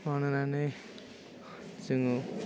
मावनानानै जोङो